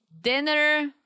Dinner